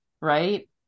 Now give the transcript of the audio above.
right